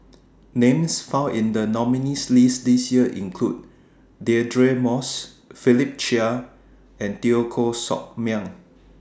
Names found in The nominees' list This Year include Deirdre Moss Philip Chia and Teo Koh Sock Miang